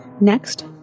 Next